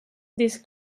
this